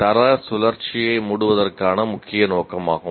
தர சுழற்சியை மூடுவதற்கான முக்கிய நோக்கமாகும்